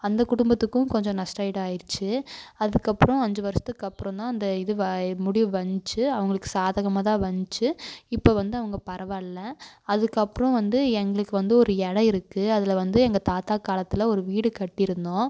அந்த குடும்பத்துக்கும் கொஞ்சம் நஷ்டஈடாக ஆகிருச்சு அதுக்கப்புறம் அஞ்சு வருஷத்துக்கு அப்புறந்தான் அந்த இது வ இது முடிவு வந்துச்சு அவங்களுக்கு சாதகமாக தான் வந்துச்சு இப்போ வந்து அவங்க பரவாயில்ல அதுக்கப்புறம் வந்து எங்களுக்கு வந்து ஒரு இடம் இருக்குது அதில் வந்து எங்கள் தாத்தா காலத்தில் ஒரு வீடு கட்டியிருந்தோம்